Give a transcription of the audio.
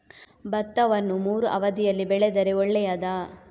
ಭತ್ತವನ್ನು ಮೂರೂ ಅವಧಿಯಲ್ಲಿ ಬೆಳೆದರೆ ಒಳ್ಳೆಯದಾ?